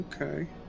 Okay